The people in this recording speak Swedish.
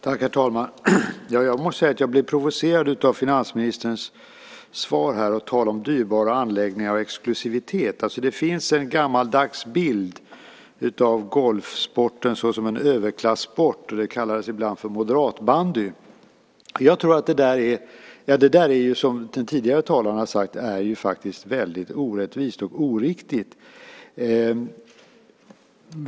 Fru talman! Jag måste säga att jag blev provocerad av finansministerns svar, när han talade om dyrbara anläggningar och exklusivitet. Det finns en gammaldags bild av golfsporten som en överklassport - den kallades ibland moderatbandy. Det där är ju, som den tidigare talaren har sagt, väldigt orättvist och oriktigt.